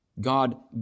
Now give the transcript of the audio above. God